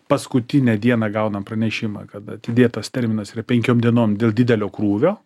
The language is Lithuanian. paskutinę dieną gaunam pranešimą kad atidėtas terminas yra penkiom dienom dėl didelio krūvio